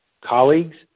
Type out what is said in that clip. colleagues